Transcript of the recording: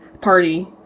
party